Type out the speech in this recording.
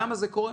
למה זה קורה?